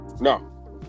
No